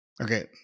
Okay